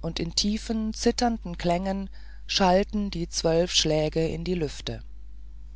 und in tiefen zitternden klängen schallte die zwölfte stunde in die lüfte